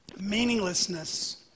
meaninglessness